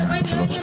זה לא שהטענות אליך.